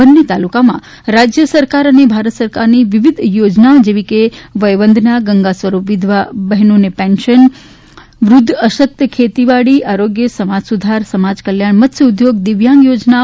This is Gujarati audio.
બંન્ને તાલુકામાં રાજ્ય સરકાર અને ભારત સરકારની વિવિધ યોજનાઓ જેવી કે વય વંદના ગંગા સ્વરૂપ વિધવા બહેનોને પેન્શન વૃદ્ધ અશક્ત ખેતી વાડી આરોગ્ય સમાજ સુરક્ષા સમાજ કલ્યાણ મત્સ્ય ઉદ્યોગ દિવ્યાંગ યોજનાઓ